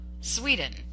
Sweden